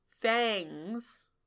fangs